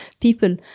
people